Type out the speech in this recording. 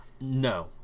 no